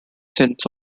set